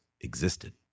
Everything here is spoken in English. existed